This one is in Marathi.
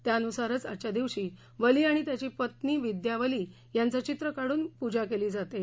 त्यानुसारच आजच्या दिवशी बली आणि त्याची पत्नी विद्यावली यांचे चित्र काढून त्यांची पूजा केली जाते